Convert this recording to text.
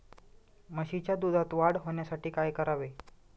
म्हशीच्या दुधात वाढ होण्यासाठी काय करावे?